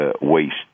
waste